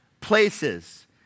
places